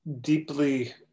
deeply